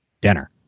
dinner